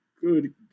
Good